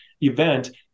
event